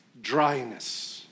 Dryness